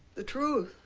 the truth?